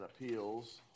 appeals